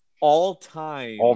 all-time